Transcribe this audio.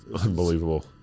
Unbelievable